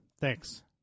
thanks